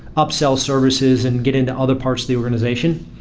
upsell services and get into other parts of the organization.